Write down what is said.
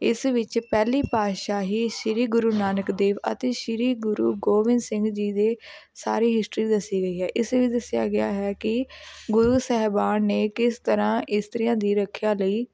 ਇਸ ਵਿੱਚ ਪਹਿਲੀ ਪਾਤਸ਼ਾਹੀ ਸ਼੍ਰੀ ਗੁਰੂ ਨਾਨਕ ਦੇਵ ਅਤੇ ਸ਼੍ਰੀ ਗੁਰੂ ਗੋਬਿੰਦ ਸਿੰਘ ਜੀ ਦੀ ਸਾਰੇ ਹਿਸਟਰੀ ਦੱਸੀ ਗਈ ਹੈ ਇਸ ਵਿੱਚ ਦੱਸਿਆ ਗਿਆ ਹੈ ਕਿ ਗੁਰੂ ਸਾਹਿਬਾਨ ਨੇ ਕਿਸ ਤਰ੍ਹਾਂ ਇਸਤਰੀਆਂ ਦੀ ਰੱਖਿਆ ਲਈ